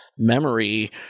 memory